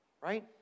Right